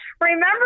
remember